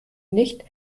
nicht